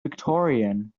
victorian